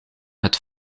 het